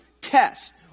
test